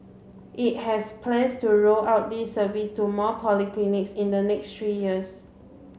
it has plans to roll out this service to more polyclinics in the next three years